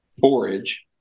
forage